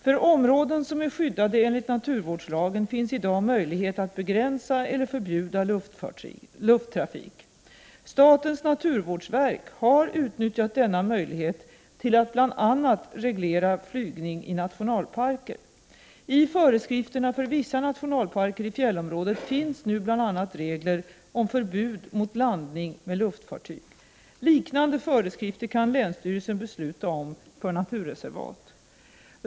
För områden som är skyddade enligt naturvårdslagen finns i dag möjlighet att begränsa eller förbjuda lufttrafik. Statens naturvårdsverk har utnyttjat denna möjlighet till att bl.a. reglera flygning i nationalparker. I föreskrifterna för vissa nationalparker i fjällområdet finns nu bl.a. regler om förbud mot landning med luftfartyg. Liknande föreskrifter kan länsstyrelsen besluta om för naturreservat.